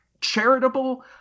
charitable